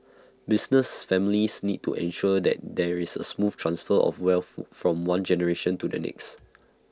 business families need to ensure that there is A smooth transfer of wealth from one generation to the next